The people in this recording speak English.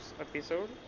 episode